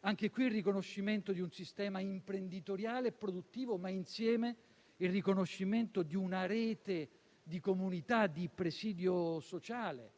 anche qui il riconoscimento di un sistema imprenditoriale e produttivo, ma insieme il riconoscimento di una rete di comunità e di presidio sociale